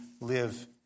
live